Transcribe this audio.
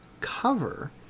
cover